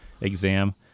exam